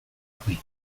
qui